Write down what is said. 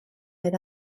oedd